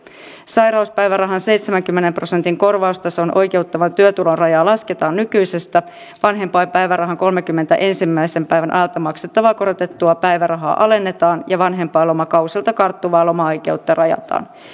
sairauspäivärahan seitsemänkymmenen prosentin korvaustasoon oikeuttavan työtulon rajaa lasketaan nykyisestä vanhempainpäivärahan kolmenkymmenen ensimmäisen päivän ajalta maksettavaa korotettua päivärahaa alennetaan ja vanhempainlomakausilta karttuvaa lomaoikeutta rajataan